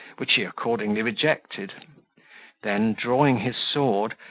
which he accordingly rejected then, drawing his sword,